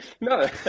No